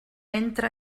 entra